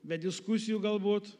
be diskusijų galbūt